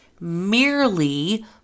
merely